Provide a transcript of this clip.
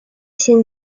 现今